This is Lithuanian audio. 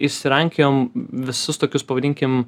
išsirankiojom visus tokius pavadinkim